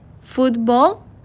Football